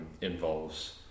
involves